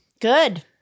Good